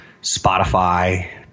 Spotify